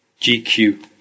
gq